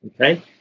Okay